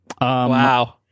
Wow